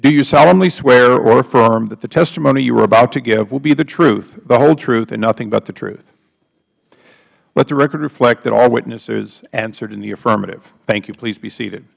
do you solemnly swear or affirm that the testimony you are about to give will be the truth the whole truth and nothing but the truth let the record reflect that all witnesses answered in the affirmative thank you please be seated